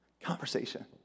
conversation